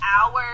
hours